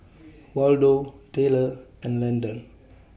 Waldo Tayler and Lyndon